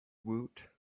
woot